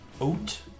Oat